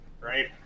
right